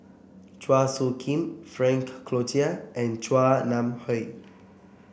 Chua Soo Khim Frank Cloutier and Chua Nam Hai